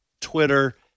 Twitter